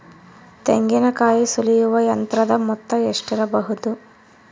ತೆಂಗಿನಕಾಯಿ ಸುಲಿಯುವ ಯಂತ್ರದ ಮೊತ್ತ ಎಷ್ಟಿರಬಹುದು?